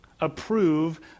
approve